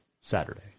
Saturday